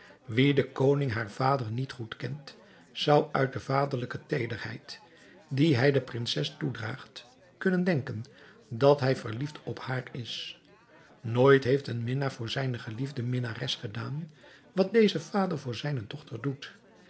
wie den koning haar vader niet goed kent zou uit de vaderlijke teederheid die hij de prinses toedraagt kunnen denken dat hij verliefd op haar is nooit heeft een minnaar voor zijne geliefde minnares gedaan wat deze vader voor zijne dochter doet